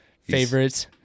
favorites